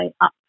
up